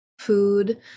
food